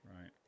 right